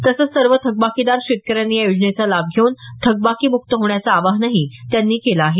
तसंच सर्व थकबाकीदार शेतकऱ्यांनी या योजनेचा लाभ घेऊन थकबाकीमुक्त होण्याचं आवाहनही त्यांनी केलं आहे